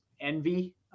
envy